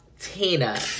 Tina